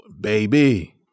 baby